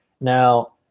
Now